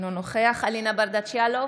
אינו נוכח אלינה ברדץ' יאלוב,